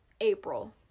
April